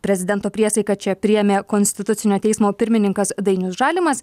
prezidento priesaiką čia priėmė konstitucinio teismo pirmininkas dainius žalimas